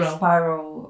spiral